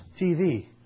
TV